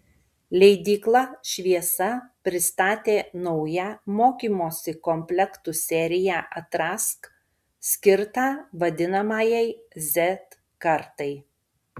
leidykla šviesa pristatė naują mokymosi komplektų seriją atrask skirtą vadinamajai z kartai